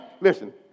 Listen